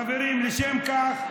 חברים, משום כך,